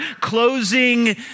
closing